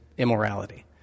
immorality